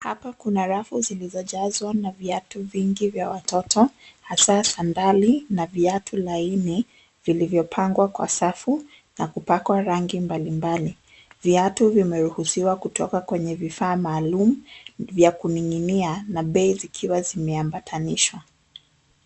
Hapa kuna rafu zilizojazwa na viatu vingi vya watoto, hasa, sandali na viatu laini vilivyopangwa kwa safu na kupakwa rangi mbali mbali. Viatu vimeruhusiwa kutoka kwenye vifaa maalumu vya kuning'inia, na bei zikiwa zimeambanishwa.